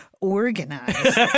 organized